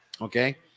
Okay